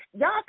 y'all